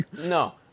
No